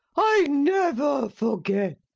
i never forget!